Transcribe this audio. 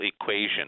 equation